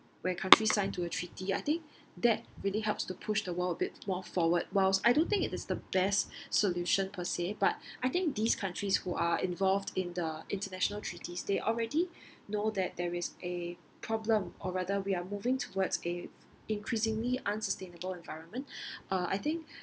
where countries sign to a treaty I think that really helps to push the world a bit more forward whilst I don't think it is the best solution per-say but I think these countries who are involved in the international treaties they already know that there is a problem or rather we are moving towards a increasingly unsustainable environment uh I think